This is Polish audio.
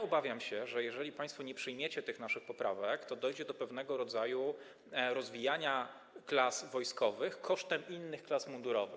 Obawiam się, że jeżeli państwo nie przyjmiecie tych naszych poprawek, to dojdzie do pewnego rodzaju rozwijania klas wojskowych kosztem innych klas mundurowych.